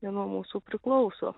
ne nuo mūsų priklauso